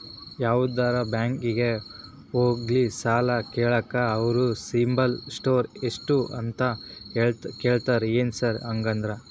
ಯಾವದರಾ ಬ್ಯಾಂಕಿಗೆ ಹೋಗ್ಲಿ ಸಾಲ ಕೇಳಾಕ ಅವ್ರ್ ಸಿಬಿಲ್ ಸ್ಕೋರ್ ಎಷ್ಟ ಅಂತಾ ಕೇಳ್ತಾರ ಏನ್ ಸಾರ್ ಹಂಗಂದ್ರ?